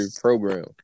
program